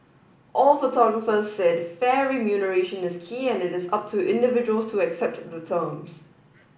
all photographers said fair remuneration is key and it is up to individuals to accept the terms